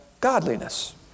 godliness